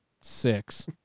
six